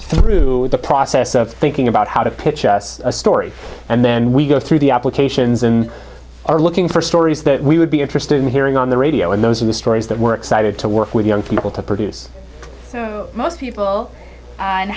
through the process of thinking about how to pitch us a story and then we go through the applications and are looking for stories that we would be interested in hearing on the radio and those are the stories that we're excited to work with young people to produce most people